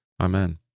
Amen